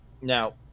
Now